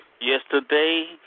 Yesterday